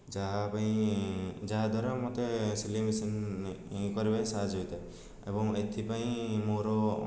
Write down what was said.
ଯାହାପାଇଁ ଯାହାଦ୍ୱାରା ମୋତେ ସିଲେଇ ମେସିନ୍ କରିବାରେ ସାହାଯ୍ୟ ହେଇଥାଏ ଏବଂ ଏଥିପାଇଁ ମୋର